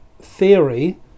theory